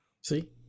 see